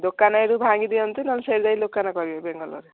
ଦୋକାନ ଏଠୁ ଭାଙ୍ଗି ଦିଅନ୍ତୁ ନହେଲେ ସେଠି ଯାଇ ଦୋକାନ କରିବେ ବାଙ୍ଗାଲୁରୁରେ